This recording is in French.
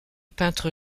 peintre